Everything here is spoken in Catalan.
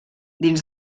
dins